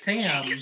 Sam